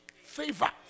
favor